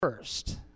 first